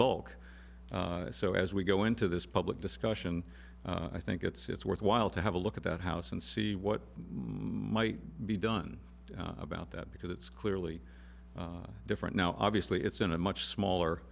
bulk so as we go into this public discussion i think it's worthwhile to have a look at that house and see what might be done about that because it's clearly different now obviously it's in a much smaller